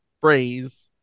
phrase